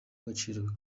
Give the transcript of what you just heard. agaciro